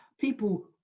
people